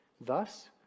Thus